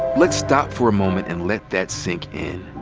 let's stop for a moment and let that sink in